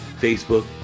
Facebook